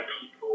people